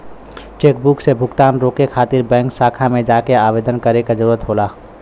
chequebook से भुगतान रोके खातिर बैंक शाखा में जाके आवेदन करे क जरुरत होला